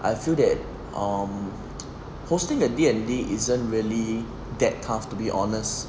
I feel that um hosting a D_N_D isn't really that tough to be honest